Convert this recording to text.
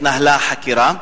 2. האם התנהלה חקירה?